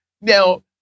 Now